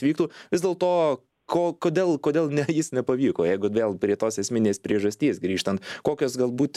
vyktų vis dėlto ko kodėl kodėl ne jis nepavyko jeigu vėl prie tos esminės priežasties grįžtan kokios galbūt